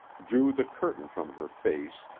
drew the curtain from her face,